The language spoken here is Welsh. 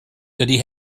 dydy